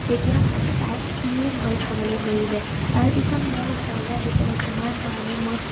তেতিয়া তাই সিও ভয় খাবলৈ ধৰিলে তাৰপিছত মোৰ ওচৰলৈ আহি ক'লে তোমাৰ কাৰণে মই